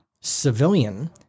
civilian